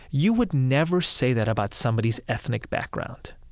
you would never say that about somebody's ethnic background.